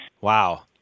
Wow